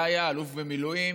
יה-יה, אלוף במילואים,